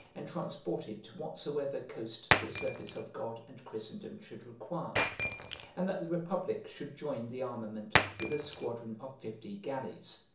and transported to whatsoever coast the service of god and christendom should require and that the republic should join the armament with a squadron of fifty galleys.